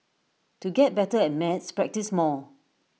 to get better at maths practise more